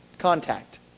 Contact